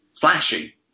flashy